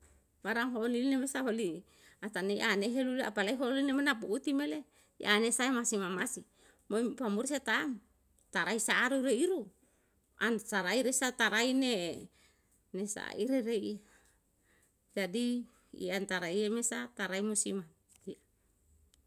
Barang holine usaholi atane i ane helu le apalae holine me na pu'uti me le. i ane sae ma si mamasi mo im pamuri sa ta'm, tarai sa'aru reiru an sarai resa tarai ne me sa i rere i. jadi i an taraie me sa tarae musiman